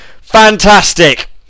Fantastic